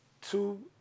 Two